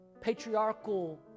patriarchal